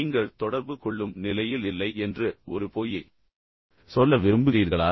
நீங்கள் தொடர்பு கொள்ளும் நிலையில் இல்லை என்று ஒரு பொய்யை சொல்ல விரும்புகிறீர்களா